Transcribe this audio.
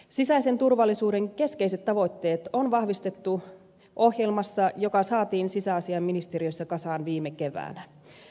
sisäisen turvallisuuden keskeiset tavoitteet on vahvistettu ohjelmassa joka saatiin sisäasiainministeriössä kasaan viime keväänä